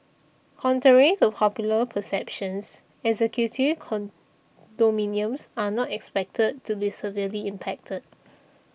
contrary to popular perceptions executive condominiums are not expected to be severely impacted